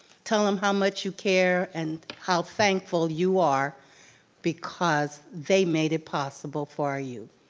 tell them how much you care and how thankful you are because they made it possible for you.